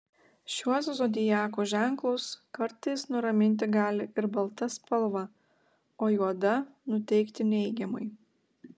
šiuos zodiako ženklus kartais nuraminti gali ir balta spalva o juoda nuteikti neigiamai